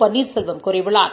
பன்னீர்செல்வம் கூறியுள்ளார்